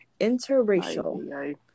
interracial